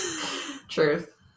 truth